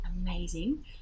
amazing